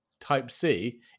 Type-C